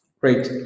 great